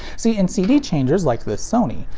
see in cd changers like this sony,